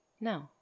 No